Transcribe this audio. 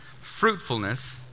fruitfulness